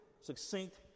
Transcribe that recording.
succinct